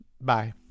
Bye